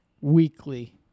weekly